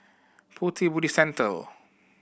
Pu Ti Buddhist Temple